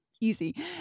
Easy